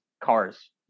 Cars